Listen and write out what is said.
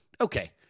okay